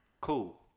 cool